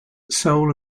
sole